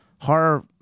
horror